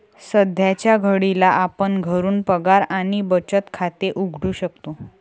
सध्याच्या घडीला आपण घरून पगार आणि बचत खाते उघडू शकतो